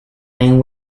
lane